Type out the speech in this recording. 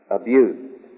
abused